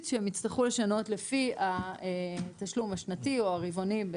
כדי שהם יצטרכו לשנות לפי התשלום השנתי או הרבעוני,